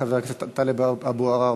חבר הכנסת טלב אבו עראר,